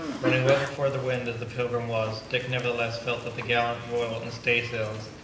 running well before the wind as the pilgrim was, dick nevertheless felt that the gallant, royal, and stay-sails,